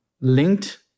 linked